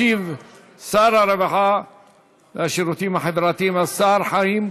ישיב שר הרווחה והשירותים החברתיים, השר חיים כץ.